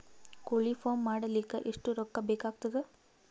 ಕೋಳಿ ಫಾರ್ಮ್ ಮಾಡಲಿಕ್ಕ ಎಷ್ಟು ರೊಕ್ಕಾ ಬೇಕಾಗತದ?